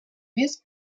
més